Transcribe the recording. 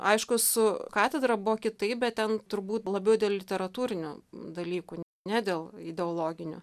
aišku su katedra buvo kitaip bet ten turbūt labiau dėl literatūrinių dalykų ne dėl ideologinių